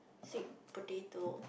sweet potato